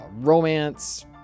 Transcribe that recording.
romance